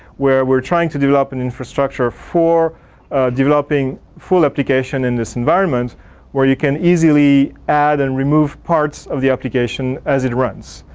where we're trying to do up an infrastructure for developing full application in this environment where you can easily add and remove parts of the application as it runs.